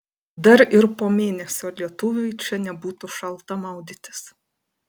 dar ir po mėnesio lietuviui čia nebūtų šalta maudytis